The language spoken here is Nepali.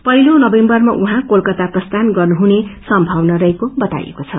पहिलो नवम्बरमा उहाँ कोलकाता प्रस्थान गर्नुहुनं सम्भावना रहेको बताइएको छ